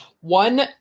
One